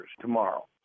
tomorrow